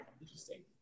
Interesting